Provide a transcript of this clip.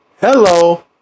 Hello